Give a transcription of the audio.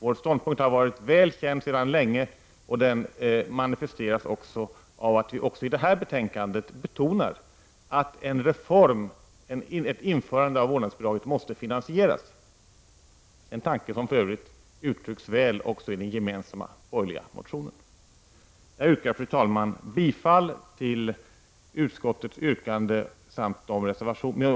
Vår ståndpunkt har varit väl känd sedan länge, och den manifesteras också av att vi även i detta betänkande betonar att ett införande av vårdnadsbidraget måste finansieras — en tanke som för övrigt också uttrycks väl i den gemensamma borgerliga motionen. Fru talman!